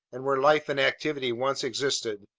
and where life and activity once existed,